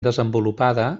desenvolupada